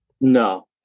No